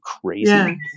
crazy